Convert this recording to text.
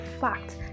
fact